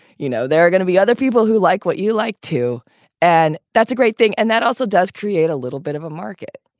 you know, there are going to be other people who like what you like to and that's a great thing and that also does create a little bit of a market,